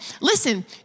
listen